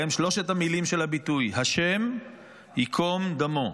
והם שלוש המילים של הביטוי: השם ייקום דמו.